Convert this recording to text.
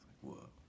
Whoa